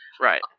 right